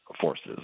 forces